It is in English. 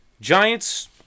Giants